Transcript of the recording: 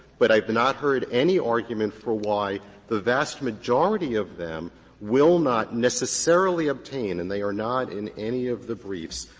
but i have not heard any argument for why the vast majority of them will not necessarily obtain, and they are not in any of the briefs.